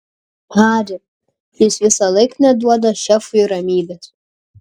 hari jis visąlaik neduoda šefui ramybės